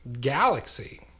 galaxy